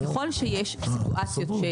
ככל שיש סיטואציות,